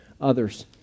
others